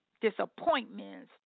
disappointments